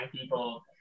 people